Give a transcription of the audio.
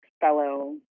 fellow